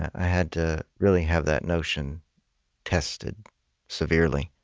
i had to really have that notion tested severely